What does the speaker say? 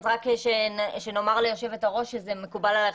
רק שנאמר ליושבת הראש שזה מקובל עלייך